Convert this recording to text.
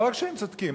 לא רק שהם צודקים,